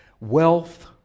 wealth